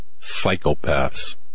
psychopaths